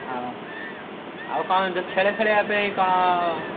ହଁ ଆଉ କ'ଣ ଯେଉଁ ଖେଳ ଖେଳିବା ପାଇଁ କ'ଣ